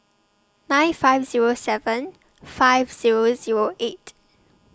nine five Zero seven five Zero Zero eight